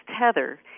tether